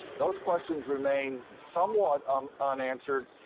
those questions remain somewhat um unanswered,